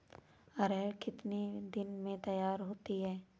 अरहर कितनी दिन में तैयार होती है?